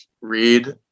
read